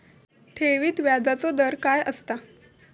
ठेवीत व्याजचो दर काय असता?